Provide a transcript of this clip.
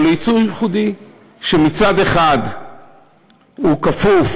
אבל היא יצור ייחודי: מצד אחד הוא כפוף